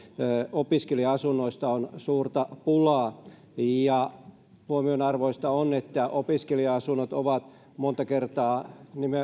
opiskelija asunnoista on suurta pulaa huomionarvoista on että opiskelija asunnot ovat monta kertaa